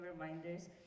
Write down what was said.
reminders